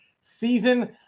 season